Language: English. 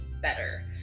better